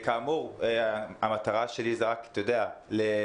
-- כאמור המטרה שלי זה רק להתייחס